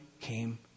came